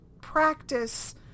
practice